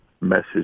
message